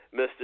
Mr